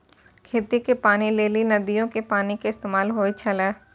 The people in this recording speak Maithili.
खेती के पानी लेली नदीयो के पानी के इस्तेमाल होय छलै